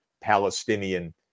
Palestinian